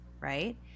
right